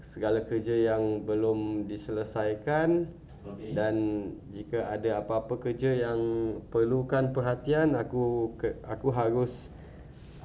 segala kerja yang belum diselesaikan dan jika ada apa-apa kerja yang perlukan perhatian aku harus